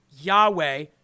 Yahweh